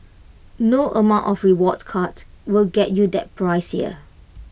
no amount of rewards cards will get you that price here